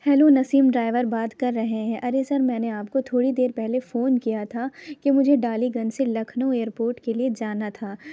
hello Naseem driver بات کر رہے ہیں ارے سر میں نے آپ کو تھوڑی دیر پہلے فون کیا تھا کہ مجھے ڈالی گنج سے لکھنؤ ایئر پورٹ کے لیے جانا تھا